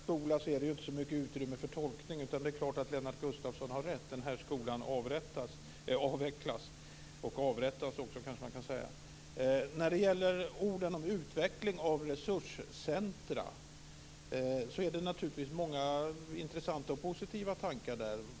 Fru talman! Om man avvecklar en skola är det ju inte så mycket utrymme för tolkning. Det är klart att Lennart Gustavsson har rätt, den här skolan avrättas, jag menar avvecklas. Men man kanske också kan säga avrättas. När det gäller orden om utveckling av resurscentrum finns där naturligtvis många intressanta och positiva tankar.